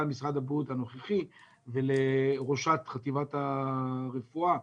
משרד הבריאות הנוכחי ולראשת חטיבת הרפואה.